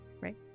Right